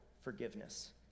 forgiveness